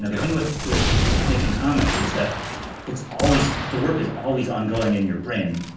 ah the thing with with making comics is that it's always the work is always ongoing in your brain.